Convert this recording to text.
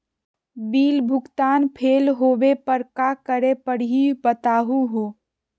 Bill भुगतान fail होवे पर का करै परही, बताहु हो?